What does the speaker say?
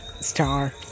star